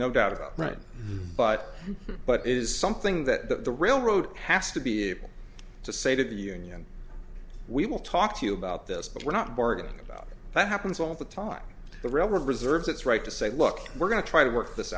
no doubt about right but but it is something that the railroad has to be able to say to the union we will talk to you about this but we're not bargain about that happens all the time the railroad reserves its right to say look we're going to try to work this